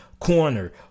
Corner